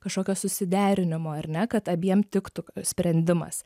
kažkokio susiderinimo ar ne kad abiem tiktų sprendimas